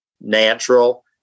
natural